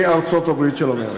היא ארצות-הברית של אמריקה.